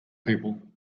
people